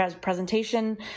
presentation